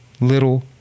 little